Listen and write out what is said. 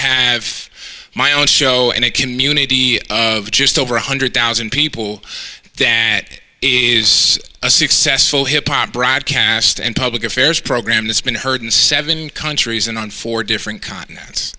have my own show and a community of just over one hundred thousand people that is a successful hip hop broadcast and public affairs program that's been heard in seven countries and on four different continents